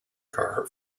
car